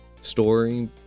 story